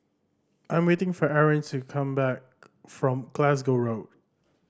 I'm waiting for Arron to come back from Glasgow Road